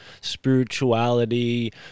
spirituality